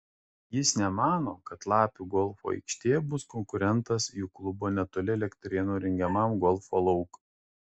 jis nemano kad lapių golfo aikštė bus konkurentas jų klubo netoli elektrėnų rengiamam golfo laukui